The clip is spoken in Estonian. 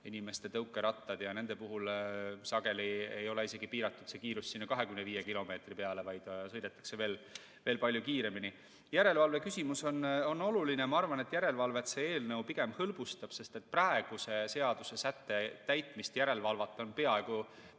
isiklikud tõukerattad ja nende puhul sageli ei ole kiirus piiratud isegi mitte 25 kilomeetri peale, vaid sõidetakse palju kiiremini. Järelevalve küsimus on oluline ja ma arvan, et järelevalvet see eelnõu pigem hõlbustab, sest praeguse seadusesätte täitmise järele valvata on peaaegu